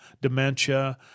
dementia